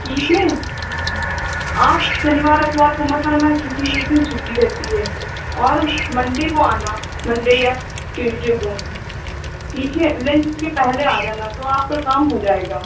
ठीक है आप शनिवार इतवार को मत आना क्योंकि उस दिन छुट्टी रहती है और मंडे को आना मंडे या ट्यूस्डे को ठीक है लंच के पहले आ जाना तो आपका काम हो जाएगा